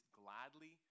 gladly